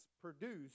produced